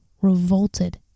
revolted